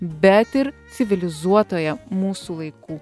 bet ir civilizuotoje mūsų laikų